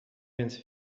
więc